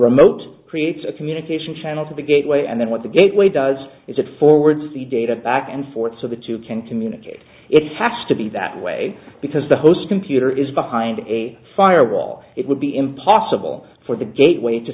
remote creates a communication channels of the gateway and then what the gateway does is it forwards the data back and forth so that you can communicate it's has to be that way because the host computer is behind a firewall it would be impossible for the gateway to